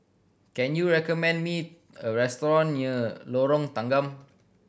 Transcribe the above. can you recommend me a restaurant near Lorong Tanggam